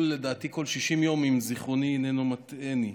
לדעתי, כל 60 יום, אם זיכרוני אינו מטעני.